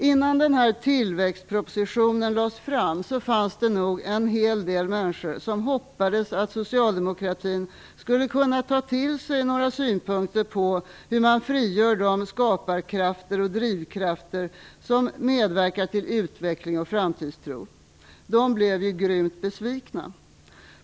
Innan den här tillväxtpropositionen lades fram fanns det nog en hel del människor som hoppades att socialdemokratin skulle kunna ta till sig några synpunkter på hur man frigör de skaparkrafter och drivkrafter som medverkar till utveckling och framtidstro. De blev grymt besvikna.